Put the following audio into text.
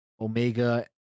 Omega